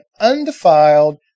undefiled